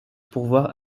pourvoir